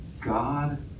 God